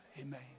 Amen